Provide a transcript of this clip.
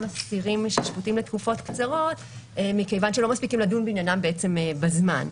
אסירים שפוטים לתקופות קצרות מכיוון שלא מספיקים לדון בעניינם בזמן.